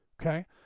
okay